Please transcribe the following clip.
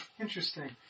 interesting